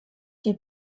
die